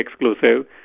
exclusive